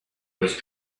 was